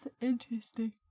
interesting